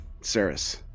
Saris